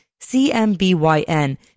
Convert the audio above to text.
CMBYN